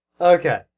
Okay